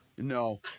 No